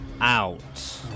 out